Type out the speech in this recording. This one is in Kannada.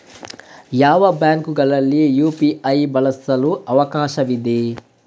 ಯಾವ ಬ್ಯಾಂಕುಗಳಲ್ಲಿ ಯು.ಪಿ.ಐ ಬಳಸಲು ಅವಕಾಶವಿದೆ?